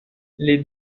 les